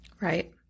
Right